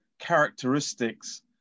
characteristics